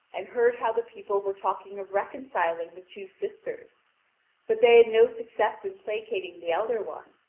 and heard how the people were talking of reconciling the two sisters but they had no success in placating the elder one.